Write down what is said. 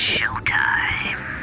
Showtime